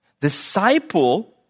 disciple